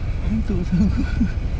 mengantuk sia aku